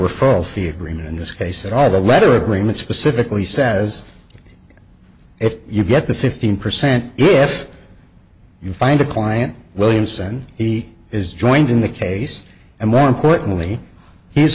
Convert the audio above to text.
referral fee agreement in this case there are the letter agreements specifically says if you get the fifteen percent if you find a client williamson he is joined in the case and more importantly he